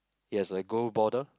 it has a gold border